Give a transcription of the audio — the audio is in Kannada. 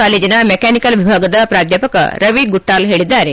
ಕಾಲೇಜಿನ ಮೆಕ್ನಾನಿಕಲ್ ವಿಭಾಗದ ಪ್ರಾಧ್ವಾಪಕ ರವಿ ಗುಟ್ನಾಲ್ ಹೇಳಿದ್ದಾರೆ